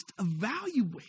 evaluate